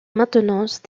maintenance